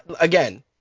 again